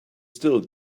still